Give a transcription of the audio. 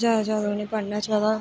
जैदा तू जैदा उ'नेंगी पढ़ना चाहिदा